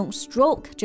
stroke